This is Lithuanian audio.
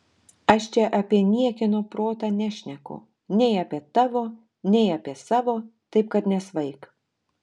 aš čia apie niekieno protą nešneku nei apie tavo nei apie savo taip kad nesvaik